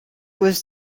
was